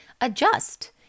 adjust